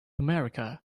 america